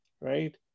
Right